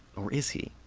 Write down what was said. or is he?